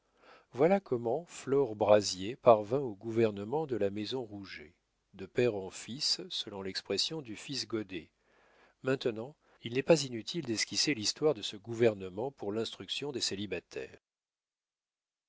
voilà comment flore brazier parvint au gouvernement de la maison rouget de père en fils selon l'expression du fils goddet maintenant il n'est pas inutile d'esquisser l'histoire de ce gouvernement pour l'instruction des célibataires